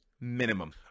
minimum